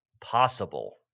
possible